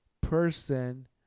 person